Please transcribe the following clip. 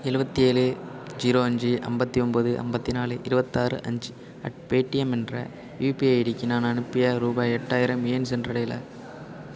எழுவத்தேலு zero அஞ்சு ஐம்பத்தி ஒம்பது ஐம்பத்தி நாலு இருபத்தாறு அஞ்சு அட் பேடிஎம் என்ற யுபிஐ ஐடிக்கு நான் அனுப்பிய ரூபாய் எட்டாயிரம் ஏன் சென்றடையல